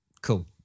cool